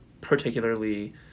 particularly